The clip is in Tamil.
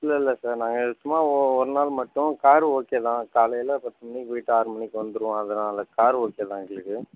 இல்லைல்ல சார் நாங்கள் சும்மா ஒரு நாள் மட்டும் கார் ஓகே தான் காலையில பத்து மணிக்கு போயிட்டு ஆறு மணிக்கு வந்துருவோம் அதனால் கார் ஓகே தான் எங்களுக்கு